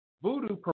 Voodoo